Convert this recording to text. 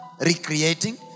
recreating